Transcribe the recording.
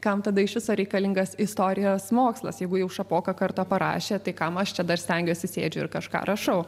kam tada iš viso reikalingas istorijos mokslas jeigu jau šapoka kartą parašė tai kam aš čia dar stengiuosi sėdžiu ir kažką rašau